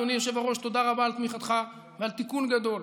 אדוני היושב-ראש: תודה רבה על תמיכתך ועל תיקון גדול,